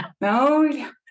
no